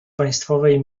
państwowej